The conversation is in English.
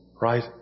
right